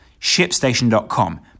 shipstation.com